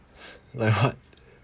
like what